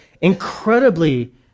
incredibly